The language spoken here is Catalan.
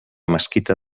mesquita